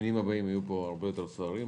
הדיונים הבאים פה יהיו הרבה יותר סוערים.